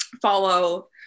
follow